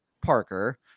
Parker